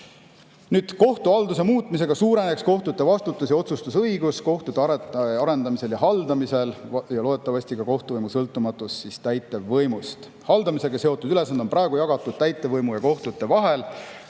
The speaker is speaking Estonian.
Kohtuhalduse muutmisega suureneks kohtute vastutus ja otsustusõigus kohtute arendamisel ja haldamisel, samuti suureneks loodetavasti kohtuvõimu sõltumatus täitevvõimust. Haldamisega seotud ülesanded on praegu jagatud täitevvõimu ja kohtute vahel.